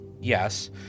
yes